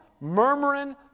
murmuring